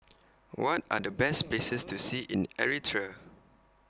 What Are The Best Places to See in Eritrea